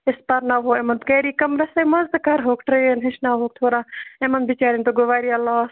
أسۍ پَرناوہو یِمَن گَرے کَمرَسٕے مَنٛز تہٕ کَرہوکھ ٹرٛین ہیٚچھناوہوکھ تھوڑا یِمن بِچارٮ۪ن تہِ گوٚو واریاہ لاس